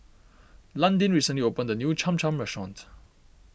Landin recently opened a new Cham Cham restaurant